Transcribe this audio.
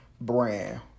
brand